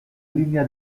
línea